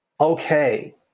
Okay